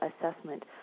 assessment